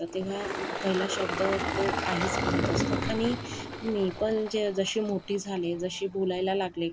तर तेव्हा पहिला शब्द तो आईच म्हणत असतो आणि मी पण जे जशी मोठी झाले जशी बोलायला लागले